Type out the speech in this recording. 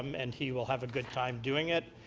um and he will have a good time doing it.